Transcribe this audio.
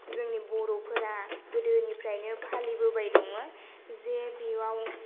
जोंनि बर'फोरा गोदोनिफ्रायनो फालिबोबाय दङो जे बियाव